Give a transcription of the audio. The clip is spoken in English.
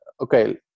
okay